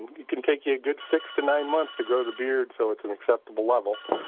it can take a good six to nine months to grow the beard so it's an acceptable level.